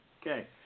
Okay